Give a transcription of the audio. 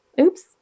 oops